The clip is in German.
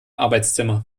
arbeitszimmer